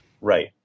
Right